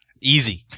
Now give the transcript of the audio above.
Easy